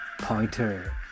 Pointer